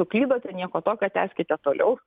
suklydote nieko tokio tęskite toliau